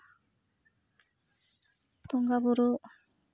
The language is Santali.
ᱵᱚᱸᱜᱟ ᱵᱳᱨᱳ